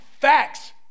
facts